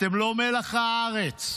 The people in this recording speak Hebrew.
אתם לא מלח הארץ,